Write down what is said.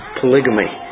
polygamy